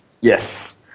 Yes